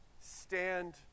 stand